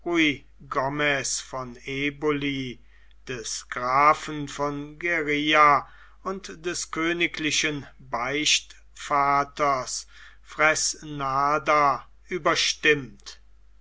eboli des grafen von feria und des königlichen beichtvaters fresneda überstimmt